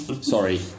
Sorry